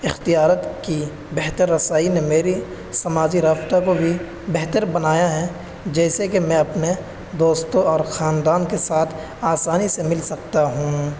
اختیارت کی بہتر رسائی نے میری سماجی رابطہ کو بھی بہتر بنایا ہے جیسے کہ میں اپنے دوستوں اور خاندان کے ساتھ آسانی سے مل سکتا ہوں